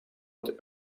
het